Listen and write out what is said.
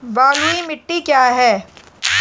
बलुई मिट्टी क्या है?